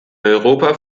europa